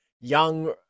young